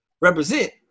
represent